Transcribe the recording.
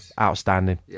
outstanding